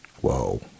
whoa